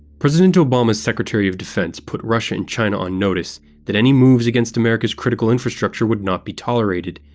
president obama's secretary of defense put russia and china on notice that any moves against america's critical infrastructure would not be tolerated,